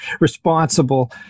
responsible